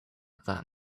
that